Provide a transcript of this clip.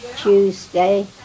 Tuesday